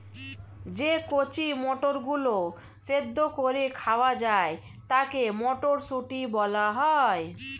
যে কচি মটরগুলো সেদ্ধ করে খাওয়া যায় তাকে মটরশুঁটি বলা হয়